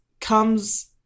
comes